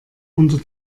unter